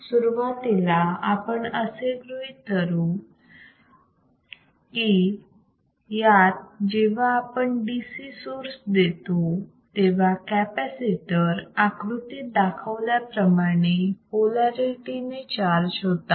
सुरुवातीला आपण असे गृहीत धरू यात की जेव्हा आपण DC सोर्स देतो तेव्हा कॅपॅसिटर आकृतीत दाखवल्याप्रमाणे पोलारिटी ने चार्ज होतात